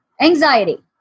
Anxiety